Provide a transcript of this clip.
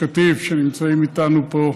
שנמצאים איתנו פה,